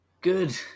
Good